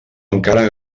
encara